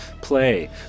play